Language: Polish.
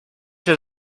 się